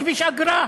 בכביש אגרה,